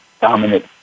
dominant